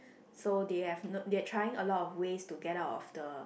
so they have no they are trying a lot of ways to get out of the